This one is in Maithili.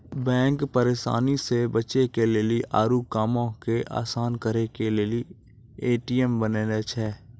बैंक परेशानी से बचे के लेली आरु कामो के असान करे के लेली ए.टी.एम बनैने छै